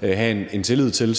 have tillid til,